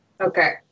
Okay